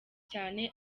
cyane